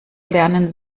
lernen